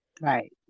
Right